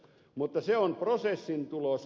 mutta se on prosessin tulos